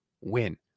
win